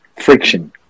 friction